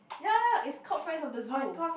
ya ya is called friends of the zoo